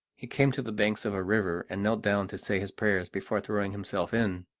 he came to the banks of a river, and knelt down to say his prayers before throwing himself in.